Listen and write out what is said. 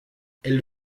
elle